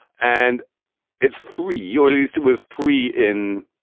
and it's three. your list was three in.